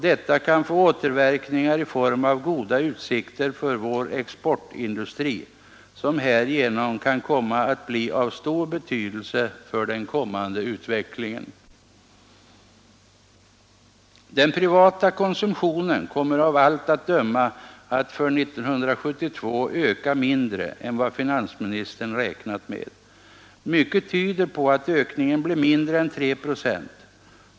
Detta kan få återverkningar i form av goda utsikter för vår exportindustri, som härigenom kan bli av stor betydelse för den kommande utvecklingen. Den privata konsumtionen kommer av allt att döma att för 1972 öka mindre än vad finansministern räknat med. Mycket tyder på att ökningen blir mindre än 3 procent.